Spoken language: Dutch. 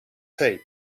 zeep